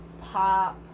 pop